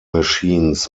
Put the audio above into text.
machines